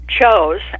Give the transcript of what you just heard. chose